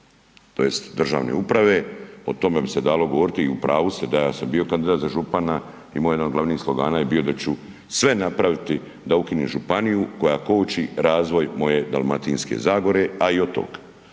tj. državne uprave, o tome bi se dalo govoriti i u pravu ste da ja sam bio kandidat za župana i moj jedan od glavnih slogana bio je da ću sve napraviti da ukinem županiju koja koči razvoj moje Dalmatinske zagore, a i otoka.